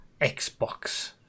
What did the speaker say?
Xbox